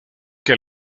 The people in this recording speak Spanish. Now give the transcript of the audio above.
que